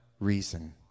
reason